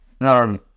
No